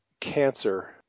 cancer